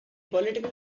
political